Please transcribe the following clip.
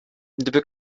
gdyby